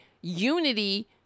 unity